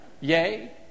Yay